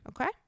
Okay